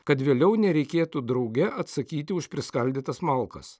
kad vėliau nereikėtų drauge atsakyti už priskaldytas malkas